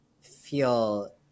feel